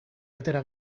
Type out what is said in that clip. atera